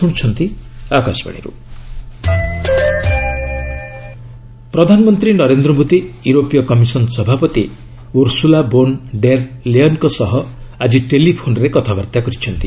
PM EU ପ୍ରଧାନମନ୍ତ୍ରୀ ନରେନ୍ଦ୍ର ମୋଦି ୟୁରୋପୀୟ commission ସଭାପତି ଉର୍ସ୍କଲା ବୋନ୍ ଡେର୍ ଲେୟନ୍ଙ୍କ ସହ ଆଜି ଟେଲିଫୋନ୍ରେ କଥାବାର୍ତ୍ତା କରିଛନ୍ତି